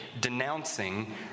denouncing